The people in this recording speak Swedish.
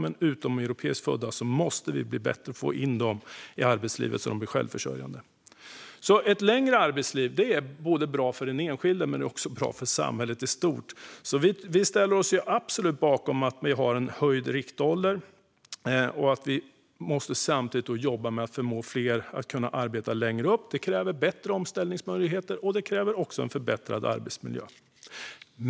Vi måste bli bättre på att få in utomeuropeiskt födda personer i arbetslivet så att de blir självförsörjande. Ett längre arbetsliv är bra för den enskilde, men det är också bra för samhället i stort. Kristdemokraterna ställer sig bakom en höjd riktålder. Vi måste samtidigt jobba med att förmå fler att arbeta längre upp i åldrarna. Det kräver bättre omställningsmöjligheter, och det kräver också en förbättrad arbetsmiljö.